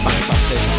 Fantastic